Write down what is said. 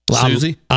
Susie